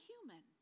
human